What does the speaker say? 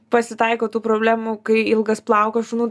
pasitaiko tų problemų kai ilgas plaukas šunų